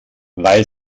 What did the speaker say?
weil